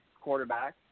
quarterback